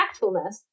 Factfulness